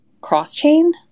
cross-chain